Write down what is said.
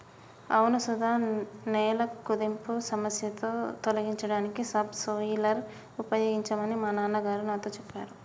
అవును సుధ నేల కుదింపు సమస్య తొలగించడానికి సబ్ సోయిలర్ ఉపయోగించమని మా నాన్న గారు నాతో సెప్పారు